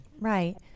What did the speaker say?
Right